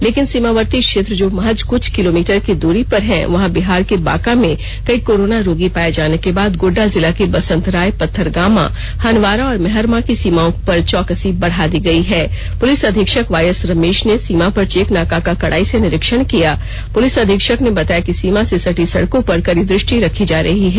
लेकिन सीमावर्ती क्षेत्र जो महज क्छ किलोमीटर की दूरी पर है वहां बिहार के बांका में कई कोरोना रोगी पाए जाने के बाद गोड्डा जिला के बसंतराय पथरगामा हनवारा और मेहरमा की सीमाओं पर चौकसी बढ़ा दी गई है पुलिस अधीक्षक वाईएस रमेश ने सीमा पर चेक नाका का कड़ाई से निरीक्षण किया पुलिस अधीक्षक ने बताया कि सीमा से सटी सड़कों पर कड़ी दृष्टि रखी जा रही है